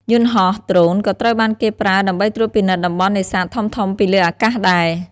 យន្តហោះដ្រូនក៏ត្រូវបានគេប្រើដើម្បីត្រួតពិនិត្យតំបន់នេសាទធំៗពីលើអាកាសដែរ។